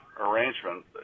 arrangement